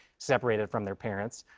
separated from their parents.